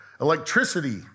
Electricity